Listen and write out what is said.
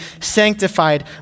sanctified